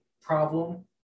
problem